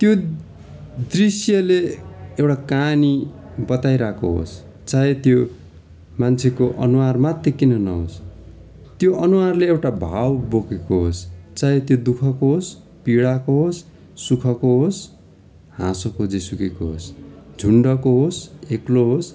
त्यो दृश्यले एउटा कहानी बताइरहेको होस् चाहे त्यो मान्छेको अनुहार मात्रै किन नहोस् त्यो अनुहारले एउटा भाव बोकेको होस् चाहे त्यो दुःखको होस् पीडाको होस् सुखको होस् हाँसोको जेसुकैको होस् झुन्डको होस् एक्लो होस्